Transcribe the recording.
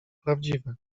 prawdziwe